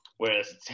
Whereas